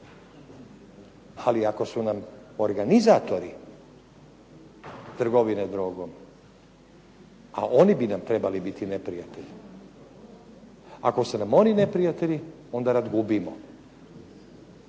Ali ako su nam organizatori trgovine drogom, a oni bi nam trebali biti neprijatelji, ako su nam oni neprijatelji onda rat gubimo.